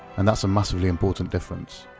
and that's a massively important difference.